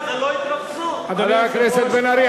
חבר הכנסת בן-ארי,